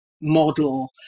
model